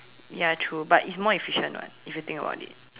ya true but it's more efficient [what] if you think about it